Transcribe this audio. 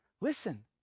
Listen